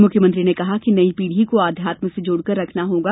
मुख्यमंत्री ने कहा कि नई पीढ़ी को अध्यात्म से जोड़कर रखना होगा